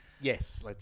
Yes